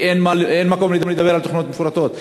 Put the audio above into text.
כי אין מקום לדבר על תוכניות מפורטות,